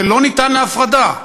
זה לא ניתן להפרדה.